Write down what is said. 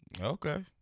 okay